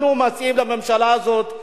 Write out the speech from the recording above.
אנחנו מציעים לממשלה הזאת,